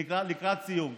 אני לקראת סיום.